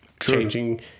changing